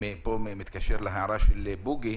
אני חייב להגיד למשה ומפה אני מתקשר להערה של בוגי,